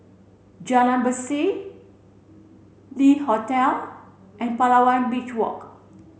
Jalan Berseh Le Hotel and Palawan Beach Walk